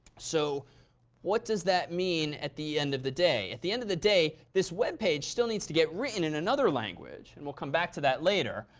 so what does that mean at the end of the day? at the end of the day, this web page still needs to get written in another language. and we'll come back to that later.